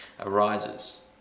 arises